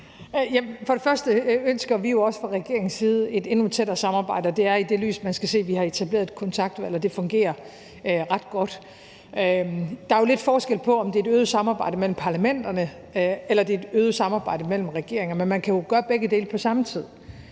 og fremmest ønsker vi jo også fra regeringens side et endnu tættere samarbejde, og det er i det lys, man skal se, at vi har etableret et kontaktudvalg, og det fungerer ret godt. Der er jo lidt forskel på, om det er et øget samarbejde mellem parlamenterne eller det er et øget samarbejde mellem regeringer, men man kan jo gøre begge dele på samme tid.